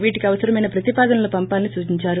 వీటికి అవసరమైన ప్రతిపాదనలను పంపాలని సూచించారు